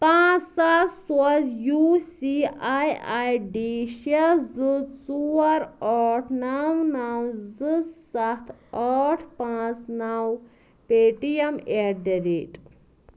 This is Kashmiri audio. پانٛژھ ساس سوز U C I I D شےٚ زٕ ژور ٲٹھ نَو نَو زٕ سَتھ ٲٹھ پانٛژھ نَو Paytm at the rate